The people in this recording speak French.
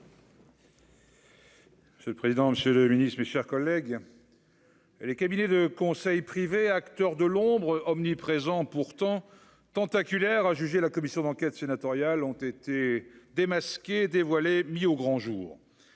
C'est le président, Monsieur le Ministre, mes chers collègues, les cabinets de conseil privés, acteurs de l'ombre omniprésent pourtant tentaculaire, a jugé la commission d'enquête sénatoriale ont été démasqués dévoilés mis au grand jour